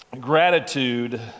Gratitude